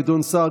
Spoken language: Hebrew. גדעון סער,